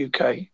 UK